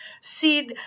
see